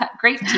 Great